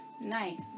Nice